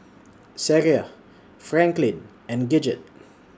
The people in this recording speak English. Sag yard Franklyn and Gidget